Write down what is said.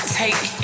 take